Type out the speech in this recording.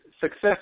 success